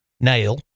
nail